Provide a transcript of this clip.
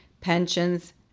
pensions